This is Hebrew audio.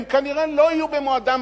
הן כנראה לא יהיו במועדן,